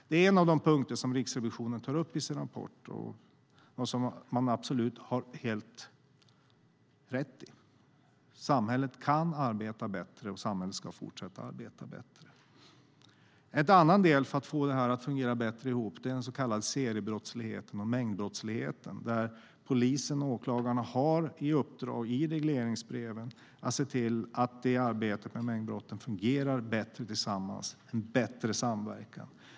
Det är en av de punkter som Riksrevisionen tar upp i sin rapport och som man absolut har helt rätt i. Samhället kan arbeta bättre, och samhället ska fortsätta att arbeta bättre. En annan sak när det gäller att få detta att fungera bättre ihop är den så kallade seriebrottsligheten och mängdbrottsligheten. Polisen och åklagarna har i regleringsbreven fått i uppdrag att se till att arbetet med mängdbrotten fungerar bättre tillsammans, att det blir en bättre samverkan.